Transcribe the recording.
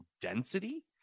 density